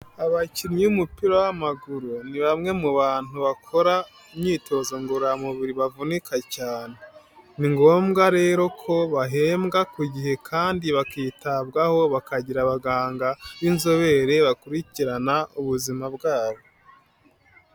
Abakinnyi b'umupira w'amaguru ni bamwe mu bantu bakora imyitozo ngororamubiri bavunika cyane, ni ngombwa rero ko bahembwa ku gihe kandi bakitabwaho bakagira abaganga b'inzobere bakurikirana ubuzima bwabo.